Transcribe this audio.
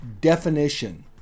definition